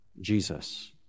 Jesus